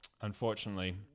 unfortunately